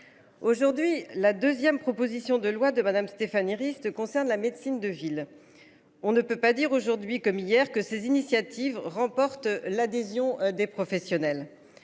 Aujourd'hui, la 2ème, proposition de loi de madame Stéphanie Rist concerne la médecine de ville. On ne peut pas dire aujourd'hui comme hier, que ces initiatives remporte l'adhésion des professionnels.